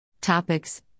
Topics